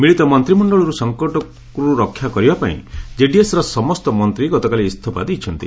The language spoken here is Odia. ମିଳିତ ମନ୍ତ୍ରିମଣ୍ଡଳକୁ ସଙ୍କଟରୁ ରକ୍ଷା କରିବାପାଇଁ କେଡିଏସ୍ର ସମସ୍ତ ମନ୍ତ୍ରୀ ଗତକାଲି ଇସ୍ତଫା ଦେଇଛନ୍ତି